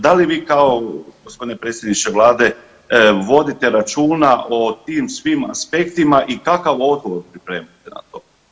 Da li vi kao gospodine Predsjedniče Vlade vodite računa o tim svim aspektima i kakav odgovor pripremate na to?